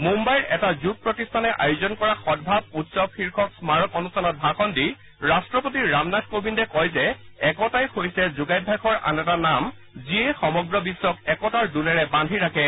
মুম্বাইৰ এটা যোগ প্ৰতিষ্ঠানে আয়োজন কৰা সদ্ভাৱ উৎসৱ শীৰ্ষক স্মাৰক অনুষ্ঠানত ভাষণ দি ৰাট্ট্ৰপতি ৰামনাথ কোবিন্দে কয় যে একতাই হৈছে যোগাভ্যাসৰ আন এটা নাম যিয়ে সমগ্ৰ বিশ্বক একতাৰ দোলেৰে বান্ধি ৰাখে